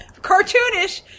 cartoonish